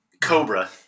Cobra